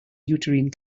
uterine